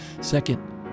Second